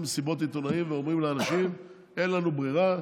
מסיבות עיתונאים ואומרים לאנשים: אין לנו ברירה,